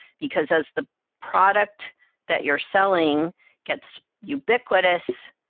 because as the product that you're selling gets ubiquitous,